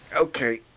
Okay